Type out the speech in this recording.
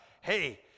hey